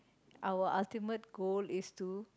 our ultimate goal is to